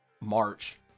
March